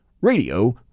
Radio